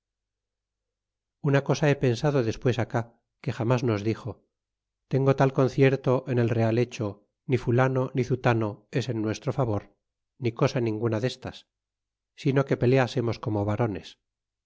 una cosa he pensado despues acá que jamas nos dixo tengo tal concierto en el real hecho ni fulano ni zutano es en nuestro favor ni cosa ninguna destas sino que peleásemos como varones